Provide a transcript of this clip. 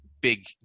big